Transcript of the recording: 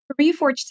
Reforge